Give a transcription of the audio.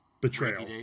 Betrayal